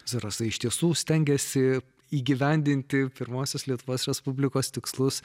zarasai iš tiesų stengiasi įgyvendinti pirmuosius lietuvos respublikos tikslus